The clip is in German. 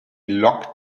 lok